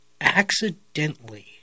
accidentally